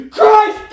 Christ